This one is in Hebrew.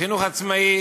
החינוך העצמאי